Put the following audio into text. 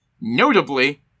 Notably